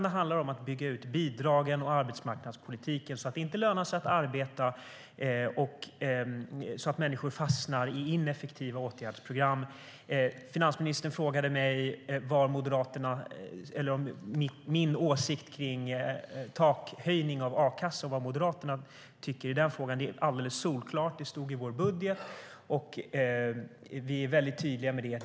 Det handlar om att bygga ut bidragen och arbetsmarknadspolitiken så att det inte lönar sig att arbeta och så att människor fastnar i ineffektiva åtgärdsprogram. Finansministern frågade mig om min åsikt om höjning av taket i a-kassan. Vad Moderaterna tycker i den frågan är alldeles solklart. Det stod i vår budget, och vi är väldigt tydliga med det.